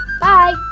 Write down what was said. Bye